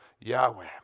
Yahweh